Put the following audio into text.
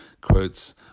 Quotes